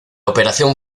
operación